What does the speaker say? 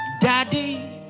Daddy